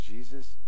Jesus